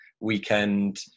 weekend